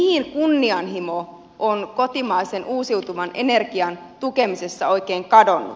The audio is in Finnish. mihin kunnianhimo on kotimaisen uusiutuvan energian tukemisessa oikein kadonnut